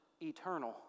eternal